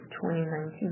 2019